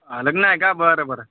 लग्ना आहे का बरं बरं